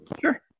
Sure